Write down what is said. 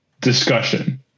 discussion